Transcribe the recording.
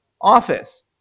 office